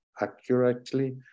accurately